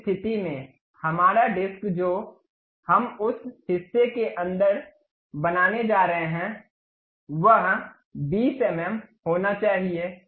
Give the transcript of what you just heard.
उस स्थिति में हमारा डिस्क जो हम उस हिस्से के अंदर बनाने जा रहे हैं वह 20 एम एम होना चाहिए